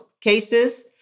cases